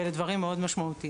ואלה דברים מאוד משמעותיים.